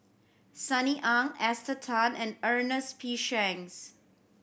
Sunny Ang Esther Tan and Ernest P Shanks